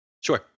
Sure